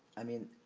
i mean,